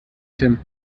tim